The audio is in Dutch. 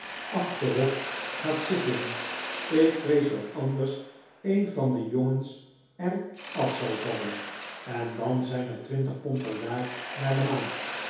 terop gaat zitten ik vrees dat anders een van de jongens er af zal vallen en dan zijn er twintig pond per jaar naar de maan